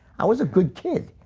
i was a good kid,